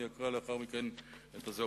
אני אקרא לאחר מכן את ההצעה.